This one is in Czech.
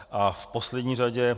A v poslední řadě.